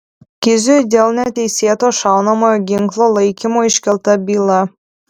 kiziui dėl neteisėto šaunamojo ginklo laikymo iškelta byla